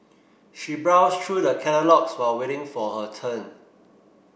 she browsed through the catalogues while waiting for her turn